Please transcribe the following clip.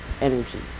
energies